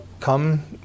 come